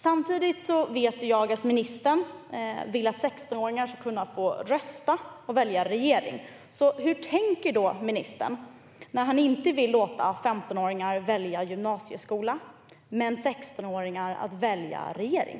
Samtidigt vet jag att ministern vill att 16-åringar ska kunna få rösta och välja regering. Hur tänker då ministern när han inte vill låta 15-åringar välja gymnasieskola medan 16-åringar ska få välja regering?